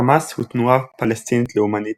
חמאס הוא תנועה פלסטינית לאומנית